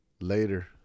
Later